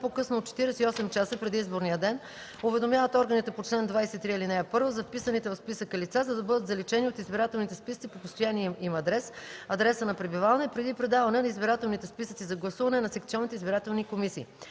по-късно от 48 часа преди изборния ден уведомяват органите по чл. 23, ал. 1 за вписаните в списъка лица, за да бъдат заличени от избирателните списъци по постоянния им адрес (адреса на пребиваване) преди предаване на избирателните списъци за гласуване на секционните избирателни комисии.